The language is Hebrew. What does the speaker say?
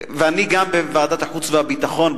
ואני גם בוועדת החוץ והביטחון,